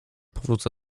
powrócę